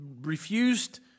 refused